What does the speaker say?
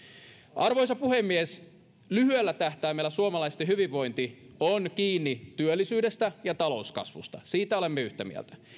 arvoisa puhemies lyhyellä tähtäimellä suomalaisten hyvinvointi on kiinni työllisyydestä ja talouskasvusta siitä olemme yhtä mieltä